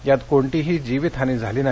यात कोणतीही जीवितहानी झाली नाही